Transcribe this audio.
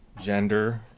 gender